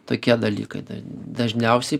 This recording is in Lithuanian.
tokie dalykai dažniausiai